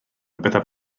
byddaf